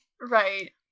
Right